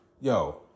Yo